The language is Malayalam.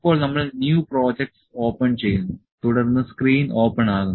ഇപ്പോൾ നമ്മൾ ന്യൂ പ്രോജെക്ടസ് ഓപ്പൺ ചെയ്യുന്നു തുടർന്ന് സ്ക്രീൻ ഓപ്പൺ ആകുന്നു